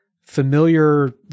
familiar